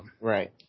Right